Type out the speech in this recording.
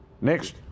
Next